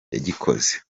yagikoze